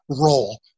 role